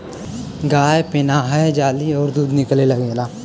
गाय पेनाहय जाली अउर दूध निकले लगेला